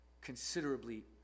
considerably